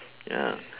ya